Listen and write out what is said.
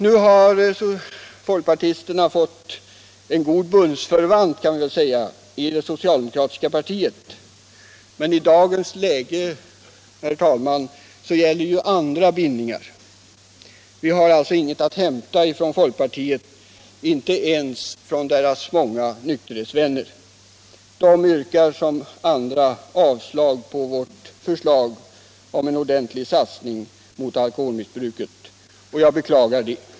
Nu har folkpartisterna fått en god bundsförvant i det socialdemokratiska partiet, men i dagens läge, herr talman, gäller ju andra bindningar. Vi har alltså inget att hämta från folkpartiet, inte ens från dess många nykterhetsvänner. De yrkar som andra avslag på vårt förslag om en ordentlig satsning mot alkoholmissbruket, och jag beklagar det.